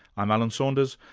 i'm alan saunders,